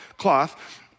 cloth